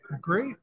Great